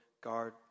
guard